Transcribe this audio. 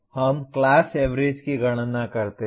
अब हम class average की गणना करते हैं